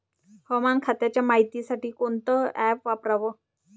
हवामान खात्याच्या मायतीसाठी कोनचं ॲप वापराव?